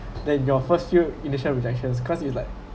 than your first few initial rejections cause it's like